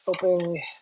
hoping